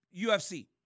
UFC